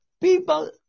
People